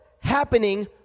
happening